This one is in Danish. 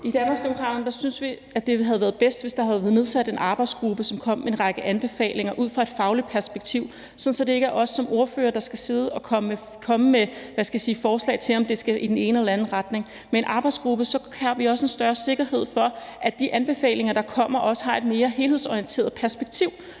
synes vi, at det havde været bedst, hvis der havde været nedsat en arbejdsgruppe, som kom med en række anbefalinger ud fra et fagligt perspektiv, sådan at det ikke er os som ordførere, der skal sidde og komme med, hvad skal man sige, forslag til, om det skal i den ene eller den anden retning. Med en arbejdsgruppe har vi også en større sikkerhed for, at de anbefalinger, der kommer, har et mere helhedsorienteret perspektiv